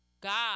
God